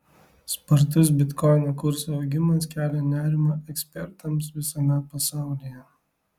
spartus bitkoino kurso augimas kelia nerimą ekspertams visame pasaulyje